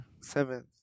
Seventh